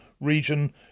region